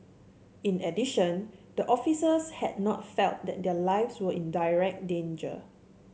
in addition the officers had not felt that their lives were in direct danger